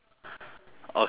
okay yes